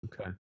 Okay